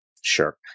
Sure